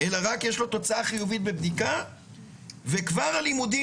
אלא רק יש לו תוצאה חיובית בבדיקה וכבר הלימודים